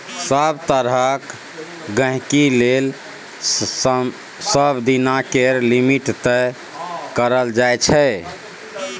सभ तरहक गहिंकी लेल सबदिना केर लिमिट तय कएल जाइ छै